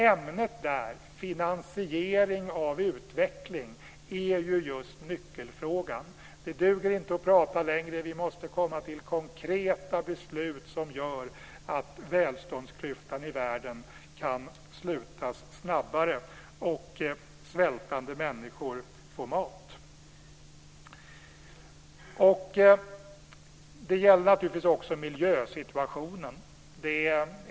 Ämnet där, finansiering av utveckling, är ju just nyckelfrågan. Det duger inte att prata längre. Vi måste komma till konkreta beslut som gör att välståndsklyftan i världen kan slutas snabbare och att svältande människor kan få mat. Det gäller naturligtvis också miljösituationen.